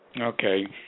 Okay